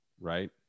right